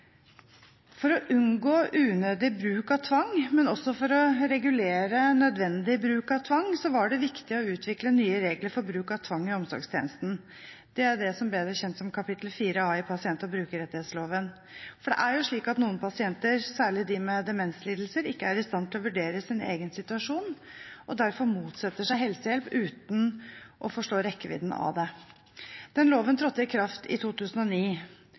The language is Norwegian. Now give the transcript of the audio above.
For å unngå unødig bruk av tvang, men også for å regulere nødvendig bruk av tvang, var det viktig å utvikle nye regler for bruk av tvang i omsorgstjenesten. Det er det som er bedre kjent som kapittel 4 A i pasient- og brukerrettighetsloven. For det er jo slik at noen pasienter, særlig de med demenslidelser, ikke er i stand til å vurdere sin egen situasjon, og derfor motsetter seg helsehjelp uten å forstå rekkevidden av det. Den loven trådte i kraft i 2009.